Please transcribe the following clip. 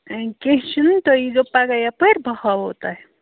کیٚنہہ چھُنہٕ تُہۍ یی زیٚو پگہہ یَپٲرۍ بہٕ ہاوو تۄہہِ